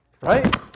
Right